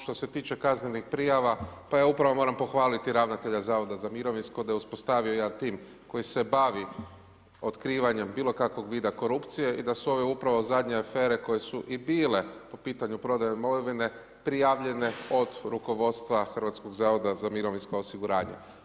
Što se tiče kazneni prijava, pa ja upravo moram pohvaliti ravnatelja zavoda za mirovinsko da se uspostavio jedan tim koji se bavi otkrivanjem bilo kakvog vida korupcije i da su upravo ove zadnje afere koje su i bile po pitanju prodaje imovine prijavljene od rukovodstva Hrvatskog zavoda za mirovinsko osiguranje.